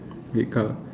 red car